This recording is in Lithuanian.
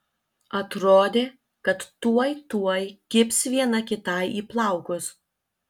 atrodė kad tuoj tuoj kibs viena kitai į plaukus